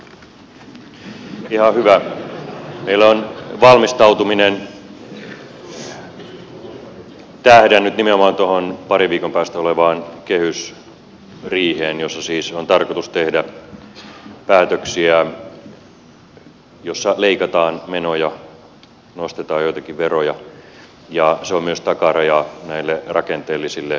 meillä on valmistautuminen tähdännyt nimenomaan tuohon parin viikon päästä olevaan kehysriiheen jossa siis on tarkoitus tehdä päätöksiä joissa leikataan menoja nostetaan joitakin veroja ja se on myös takaraja näille rakenteellisille uudistuksille